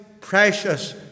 precious